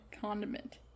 condiment